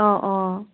অ অ